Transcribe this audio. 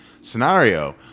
scenario